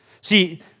See